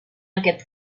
aquest